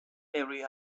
every